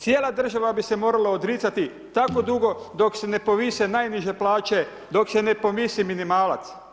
Cijela država bi se morala odricati tako dugo dok se ne povise najniže plaće, dok se ne povisi minimalac.